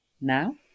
Now